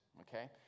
okay